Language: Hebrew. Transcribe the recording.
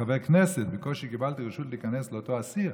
כחבר כנסת בקושי קיבלתי רשות להיכנס לאותו אסיר,